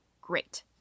great